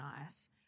nice